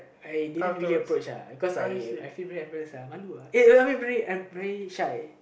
I didn't really approach uh because I I feel very embarrassed uh you want to uh no no I mean very shy